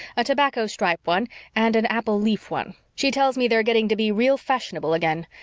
a tobacco-stripe one and an apple-leaf one. she tells me they're getting to be real fashionable again.